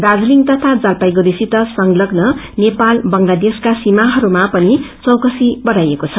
दार्जालिङ तथा जतपाइगङ्गीसित संतग्न नेपाल बंगतादेशका सीमाहरूमा पनि चौकसी बढ़ाइएको द